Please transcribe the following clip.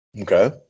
Okay